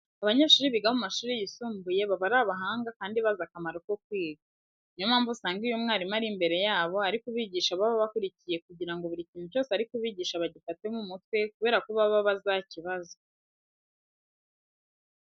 Abanyeshuri biga mu mashuri yisumbuye baba ari abahanga kandi bazi akamaro ko kwiga. Niyo mpamvu usanga iyo mwarimu ari imbere yabo ari kubigisha baba bakurikiye kugira ngo buri kintu cyose ari kubigisha bagifate mu mutwe kubera ko baba bazakibazwa.